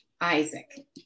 Isaac